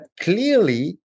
clearly